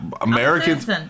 Americans